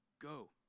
Go